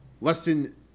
lesson